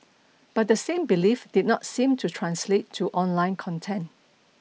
but the same belief did not seem to translate to online content